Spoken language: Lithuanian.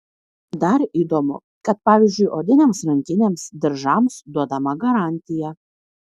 dar įdomu kad pavyzdžiui odinėms rankinėms diržams duodama garantija